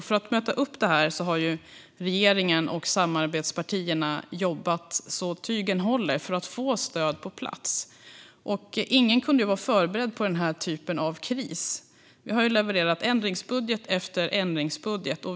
För att möta detta har regeringen och samarbetspartierna jobbat för allt vad tygen håller för att få stöd på plats. Ingen kunde vara förberedd på den typen av kris. Vi har levererat ändringsbudget efter ändringsbudget.